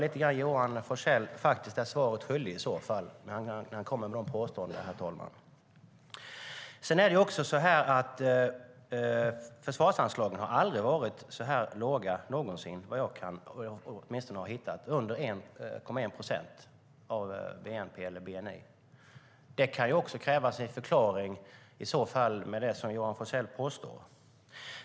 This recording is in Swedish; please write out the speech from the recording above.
När Johan Forssell kommer med dessa påståenden tycker jag att han är svaret skyldig. Försvarsanslagen har aldrig någonsin varit så låga som de är nu - åtminstone vad jag har sett. De ligger under 1,1 procent av bnp eller bni. Det kan kräva sin förklaring med tanke på det som Johan Forssell påstår.